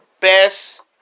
best